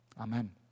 Amen